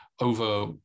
over